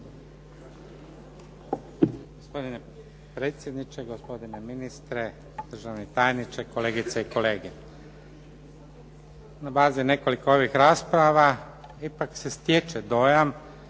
Gospodine predsjedniče, gospodine ministre, državni tajniče, kolegice i kolege. Na bazi nekoliko ovih rasprava ipak se stječe dojam